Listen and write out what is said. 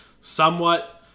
Somewhat